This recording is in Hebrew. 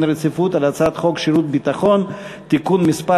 רציפות על הצעת חוק שירות ביטחון (תיקון מס'